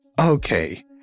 Okay